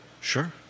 Sure